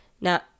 Now